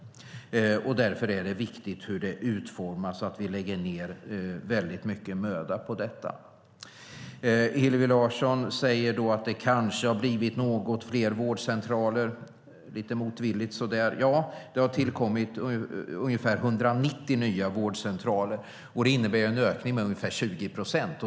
Därför är det viktigt att lägga ned mycket möda på utformningen av vårdvalet. Hillevi Larsson säger lite motvilligt att det kanske har blivit något fler vårdcentraler. Ja, det har tillkommit omkring 190 nya vårdcentraler. Det innebär en ökning med ungefär 20 procent.